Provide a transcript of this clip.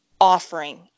offering